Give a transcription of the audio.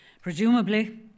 Presumably